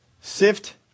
Sift